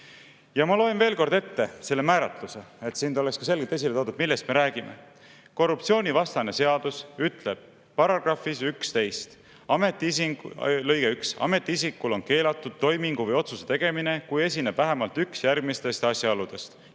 Ma loen veel kord ette selle määratluse, et siin oleks selgelt esile toodud, millest me räägime. Korruptsioonivastane seadus ütleb §‑s 11, lõige 1: "Ametiisikul on keelatud toimingu või otsuse tegemine, kui esineb vähemalt üks järgmistest asjaoludest"